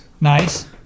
Nice